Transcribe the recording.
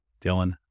Dylan